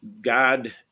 God